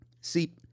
See